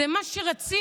זה מה שרצינו